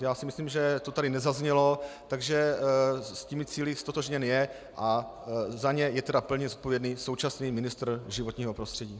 Já si myslím, že to tady nezaznělo, takže s cíli ztotožněn je a za ně je tedy plně zodpovědný současný ministr životního prostředí.